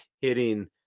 hitting